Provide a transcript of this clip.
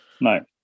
No